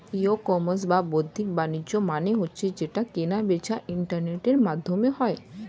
ই commerce বা বাদ্দিক বাণিজ্য মানে হচ্ছে যেই কেনা বেচা ইন্টারনেটের মাধ্যমে হয়